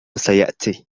سيأتي